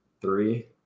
three